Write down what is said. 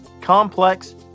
complex